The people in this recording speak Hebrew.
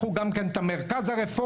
לקחו גם כן את המרכז הרפורמי,